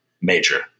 major